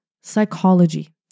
Psychology